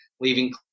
leaving